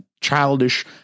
childish